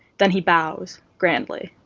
then he bows, grandly.